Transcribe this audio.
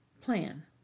Plan